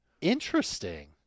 Interesting